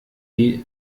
die